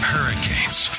Hurricanes